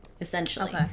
essentially